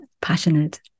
passionate